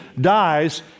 dies